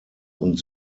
und